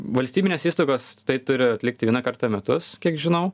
valstybinės įstaigos tai turi atlikti vieną kartą į metus kiek žinau